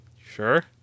Sure